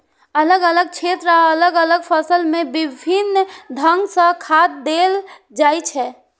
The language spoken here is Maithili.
अलग अलग क्षेत्र आ अलग अलग फसल मे विभिन्न ढंग सं खाद देल जाइ छै